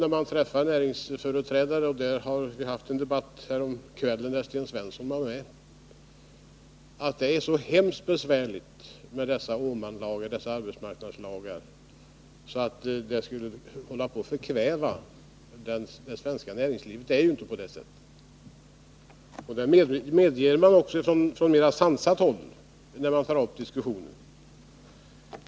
När man träffar näringslivsföreträdare — vi hade en debatt med sådana häromkvällen, där Sten Svensson var med — får man intrycket av att det är så besvärligt med dessa Åmanlagar och arbetsmarknadslagar att det svenska näringslivet förkvävs. Men så är det ju inte. Det medges också från mera sansat håll, när man tar upp denna diskussion.